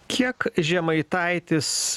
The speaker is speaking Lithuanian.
kiek žemaitaitis